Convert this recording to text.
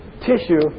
tissue